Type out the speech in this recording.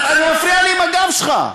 אתה מפריע לי עם הגב שלך.